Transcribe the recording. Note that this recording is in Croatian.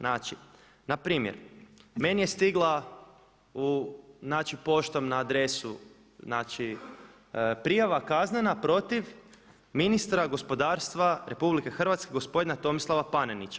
Znači, npr. meni je stigla u, znači poštom na adresu, znači prijava kaznena protiv ministra gospodarstva RH gospodina Tomislava Panenića.